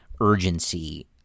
urgency